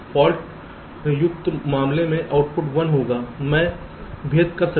fault मुक्त मामले में आउटपुट 1 होगा मैं भेद कर सकता हूं ठीक